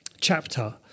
chapter